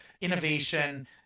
innovation